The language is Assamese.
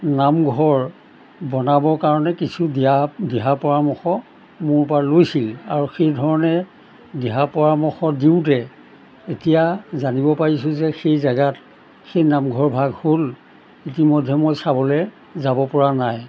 নামঘৰ বনাবৰ কাৰণে কিছু দিহা দিহা পৰামৰ্শ মোৰ পৰা লৈছিল আৰু সেই ধৰণে দিহা পৰামৰ্শ দিওঁতে এতিয়া জানিব পাৰিছোঁ যে সেই জেগাত সেই নামঘৰ ভাগ হ'ল ইতিমধ্যে মই চাবলৈ যাব পৰা নাই